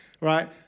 Right